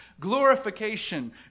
glorification